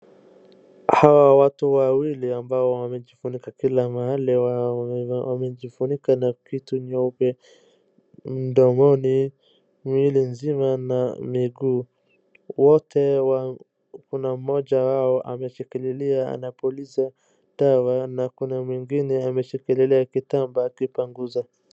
Hawa watu wawili ambao wamejifunika kila mahali wamejifunika na kitu nyeupe mdomoni, mwili mzima na miguu. wote, kuna mmoja wao ameshikililia anapuliza dawa na kuna mwingine ameshikilia kitamba akipanguza.